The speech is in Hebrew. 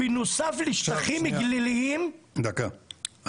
בנוסף לשטחים גליליים --- דקה,